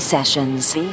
Sessions